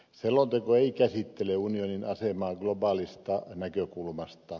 selonteko ei käsittele unionin asemaa globaalista näkökulmasta